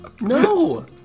No